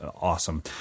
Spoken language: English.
awesome